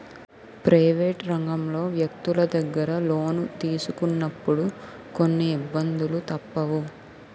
private రంగంలో వ్యక్తులు దగ్గర లోను తీసుకున్నప్పుడు కొన్ని ఇబ్బందులు తప్పవు